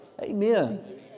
Amen